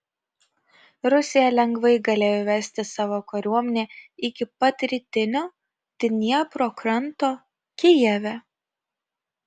rusija lengvai galėjo įvesti savo kariuomenę iki pat rytinio dniepro kranto kijeve